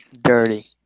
Dirty